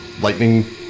lightning